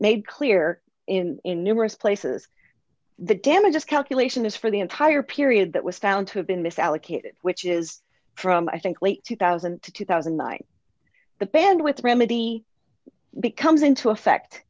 made clear in numerous places the damages calculation is for the entire period that was found to have been mis allocated which is from i think late two thousand to two thousand and nine the band with remedy becomes into effect